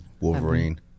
Wolverine